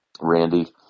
Randy